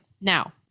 Now